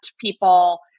people